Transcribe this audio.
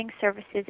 services